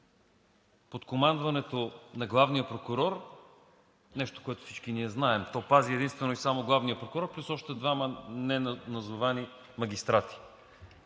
под командването на главния прокурор, нещо, което всички ние знаем, то пази единствено и само главния прокурор плюс още двама неназовани магистрати.